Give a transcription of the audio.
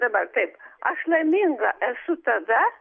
dabar taip aš laiminga esu tada